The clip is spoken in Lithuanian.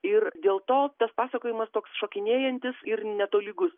ir dėl to tas pasakojimas toks šokinėjantis ir netolygus